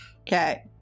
Okay